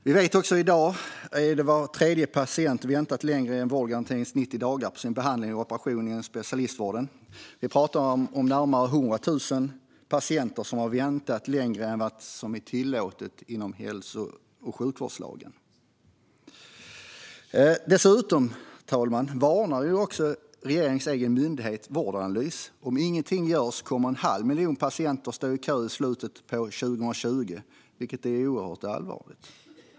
Vi vet i dag också att var tredje patient har väntat längre än vårdgarantins 90 dagar på sin behandling eller operation inom specialistvården. Vi talar om närmare 100 000 patienter som har väntat längre än vad som är tillåtet enligt hälso och sjukvårdslagen. Fru talman! Dessutom varnar regeringens egen myndighet Vårdanalys för att om ingenting görs kommer en halv miljon patienter att stå i kö i slutet av 2020, vilket är oerhört allvarligt.